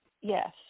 Yes